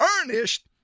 earnest